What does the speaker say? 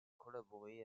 collaboré